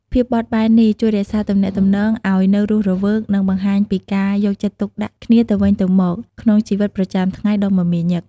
ភាពបត់បែននេះជួយរក្សាទំនាក់ទំនងឱ្យនៅរស់រវើក និងបង្ហាញពីការយកចិត្តទុកដាក់គ្នាទៅវិញទៅមកក្នុងជីវិតប្រចាំថ្ងៃដ៏មមាញឹក។